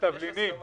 יש הסכמה.